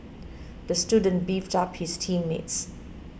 the student beefed about his team mates